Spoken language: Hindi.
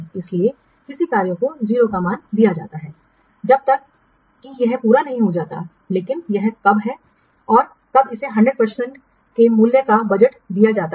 इसलिए किसी कार्य को 0 का मान दिया जाता है जब तक कि यह पूरा नहीं हो जाता है लेकिन यह कब है और कब इसे 100 प्रतिशत के मूल्य का बजट दिया जाता है